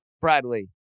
Bradley